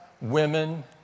women